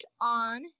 on